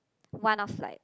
one of like